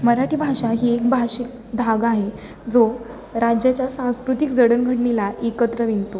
मराठी भाषा ही एक भाषिक धागा आहे जो राज्याच्या सांस्कृतिक जडणघडणीला एकत्र विणतो